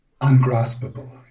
Ungraspable